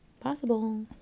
possible